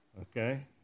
Okay